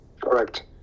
Correct